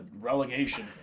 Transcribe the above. Relegation